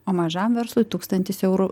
o mažam verslui tūkstantis eurų